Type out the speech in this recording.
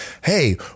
Hey